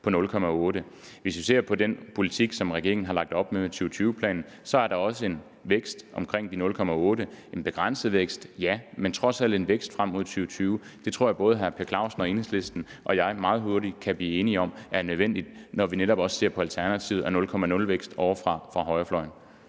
på 0,8 pct. Hvis vi ser på den politik, som regeringen har lagt op til med 2020-planen, er der også en vækst på omkring 0,8 pct. Det er en begrænset vækst, ja, men trods alt en vækst frem mod år 2020. Det tror jeg både hr. Per Clausen og Enhedslisten og jeg meget hurtigt kan blive enige om er nødvendigt, når vi netop også ser på alternativet, nulvækst, ovre fra højrefløjen.